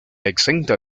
exenta